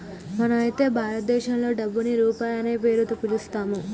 మనం అయితే భారతదేశంలో డబ్బుని రూపాయి అనే పేరుతో పిలుత్తాము